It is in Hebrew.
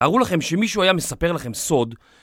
תארו לכם שמישהו היה מספר לכם סוד